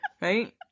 Right